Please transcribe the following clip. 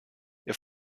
ihr